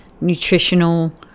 nutritional